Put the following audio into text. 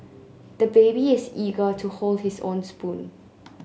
the baby is eager to hold his own spoon